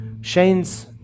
Shane's